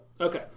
Okay